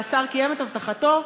והשר קיים את הבטחתו,